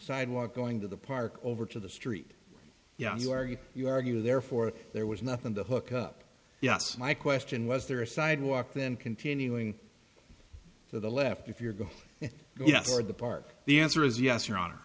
sidewalk going to the park over to the street yeah you are here you argue therefore there was nothing to hook up yes my question was there a sidewalk then continuing to the left if you're going to get out for the park the answer is yes your honor